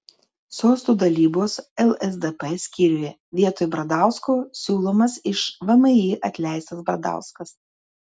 sostų dalybos lsdp skyriuje vietoj bradausko siūlomas iš vmi atleistas bradauskas